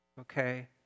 okay